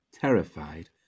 terrified